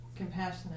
compassionate